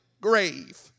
grave